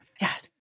Yes